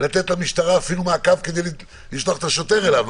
לתת למשטרה אפילו מעקב כדי לשלוח את השוטר אליו.